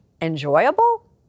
enjoyable